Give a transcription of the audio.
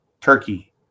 Turkey